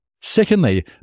Secondly